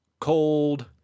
cold